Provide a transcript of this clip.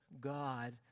God